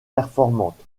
performante